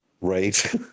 right